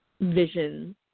vision